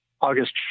August